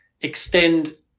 extend